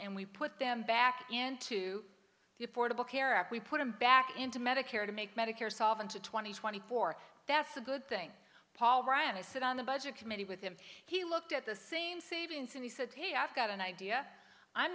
and we put them back into the affordable care act we put them back into medicare to make medicare solvent to twenty twenty four that's a good thing paul ryan has said on the budget committee with him he looked at the same savings and he said hey i've got an idea i'm